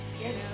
Yes